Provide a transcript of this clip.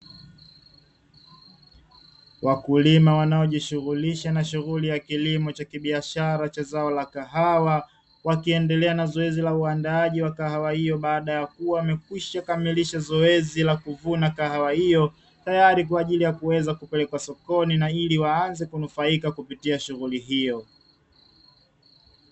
Wakulima wanao jishughulisha na shughuli ya kilimo cha kibiashara cha zao la kahawa, wakiendelea na zoezi la uandaaji wa kahawa hiyo; baada ya kuwa wamekwisha kamilisha zoezi la kuvuna kahawa hiyo tayari kwa ajili ya kuweza kupelekwa sokoni na ili waanze kunufaika kupitia shughuli hiyo.